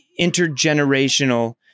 intergenerational